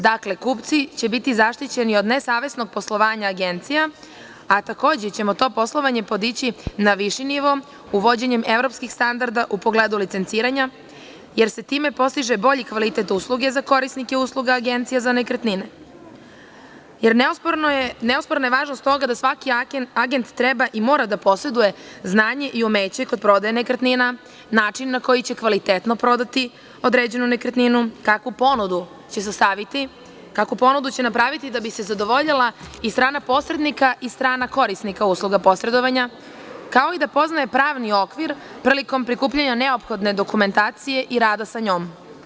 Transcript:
Dakle, kupci će biti zaštićeni od nesavesnog poslovanja agencija, a takođe ćemo to poslovanje podići na viši nivo uvođenjem evropskih standarda u pogledu licenciranja, jer se time postiže bolji kvalitet usluge za korisnike usluga Agencije za nekretnine, jer neosporna je važnost toga da svaki agent treba i mora da poseduje znanje i umeće kod prodaje nekretnina, način na koji će kvalitetno prodati određenu nekretninu, kakvu ponudu će sastaviti, kakvu ponudu će napraviti da bi se zadovoljila i strana posrednika i strana korisnika usluga posredovanja, kao i da poznaje pravni okvir prilikom prikupljanja neophodne dokumentacije i rada sa njom.